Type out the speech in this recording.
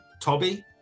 Toby